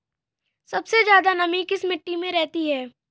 सबसे ज्यादा नमी किस मिट्टी में रहती है?